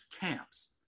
camps